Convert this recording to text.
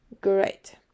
Great